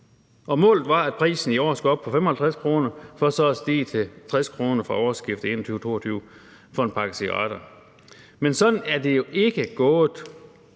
målet var, at prisen i år skulle op på 55 kr. for så at stige til 60 kr. fra årsskiftet 2021-22 for en pakke cigaretter, men sådan er det ikke gået